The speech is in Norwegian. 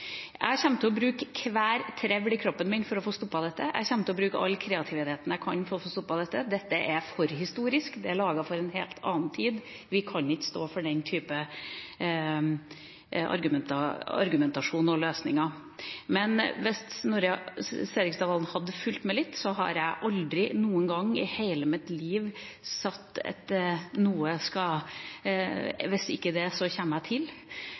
Jeg kommer til å bruke hver trevl i kroppen min for å få stoppet dette. Jeg kommer til å bruke all kreativiteten jeg har for å få stoppet dette. Dette er forhistorisk, det er laget for en helt annen tid, vi kan ikke stå for den type argumentasjon og løsninger. Men hvis representanten Serigstad Valen hadde fulgt med litt, ville han visst at jeg aldri noen gang i hele mitt liv har sagt: «Hvis ikke …, så kommer jeg til